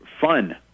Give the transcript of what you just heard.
fun